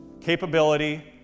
capability